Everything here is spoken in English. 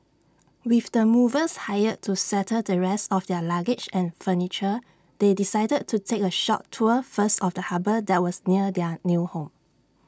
with the movers hired to settle the rest of their luggage and furniture they decided to take A short tour first of the harbour that was near their new home